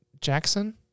Jackson